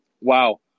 Wow